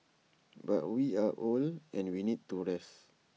but we are old and we need to rest